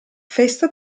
festa